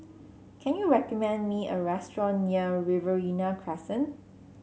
can you recommend me a restaurant near Riverina Crescent